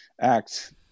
act